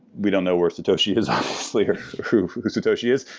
we don't know where satoshi is honesty, or who who satoshi is.